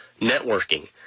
Networking